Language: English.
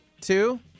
two